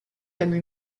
comme